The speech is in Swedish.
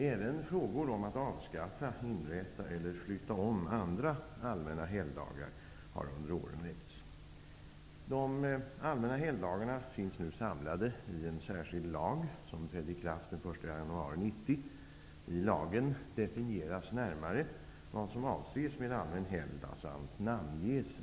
Även frågor om att avskaffa, inrätta eller flytta om andra allmänna helgdagar har under åren väckts. De allmänna helgdagarna finns nu samlade i en särskild lag som trädde i kraft den 1 januari 1990.